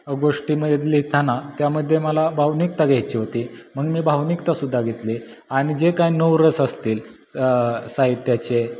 गोष्टीमध्ये लिहिताना त्यामध्ये मला भावनिकता घ्यायची होती मग मी भावनिकतासुद्धा घेतली आणि जे काय नवरस असतील साहित्याचे